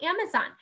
Amazon